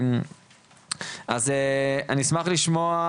אני אשמח לשמוע